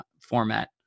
format